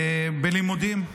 בלימודים,